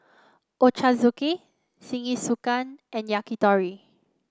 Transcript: Ochazuke Jingisukan and Yakitori